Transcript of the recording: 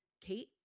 Kate